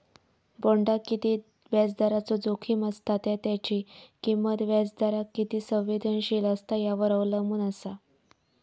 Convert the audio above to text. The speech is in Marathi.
बॉण्डाक किती व्याजदराचो जोखीम असता त्या त्याची किंमत व्याजदराक किती संवेदनशील असता यावर अवलंबून असा